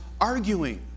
arguing